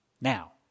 now